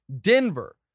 Denver